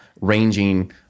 ranging